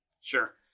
Sure